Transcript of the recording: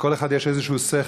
לכל אחד יש איזה שכל.